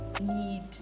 need